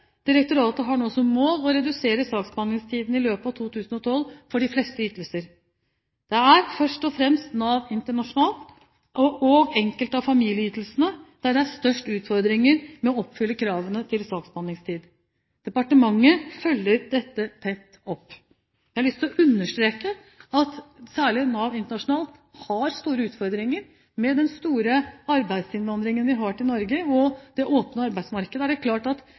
Direktoratet har nå som mål å redusere saksbehandlingstiden i løpet av 2012 for de fleste ytelser. Det er først og fremst i Nav Internasjonalt og for enkelte av familieytelsene det er størst utfordringer med å oppfylle kravene til saksbehandlingstid. Departementet følger dette tett opp. Jeg har lyst til å understreke at særlig Nav Internasjonalt har store utfordringer med den store arbeidsinnvandringen vi har til Norge, og med det åpne arbeidsmarkedet er det klart at